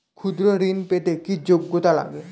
ক্ষুদ্র ঋণ পেতে কি যোগ্যতা লাগে?